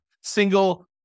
single